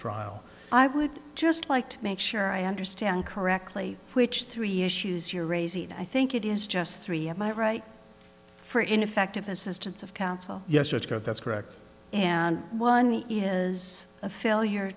trial i would just like to make sure i understand correctly which three issues you're a z t i think it is just three am i right for ineffective assistance of counsel yes it's got that's correct and one is a failure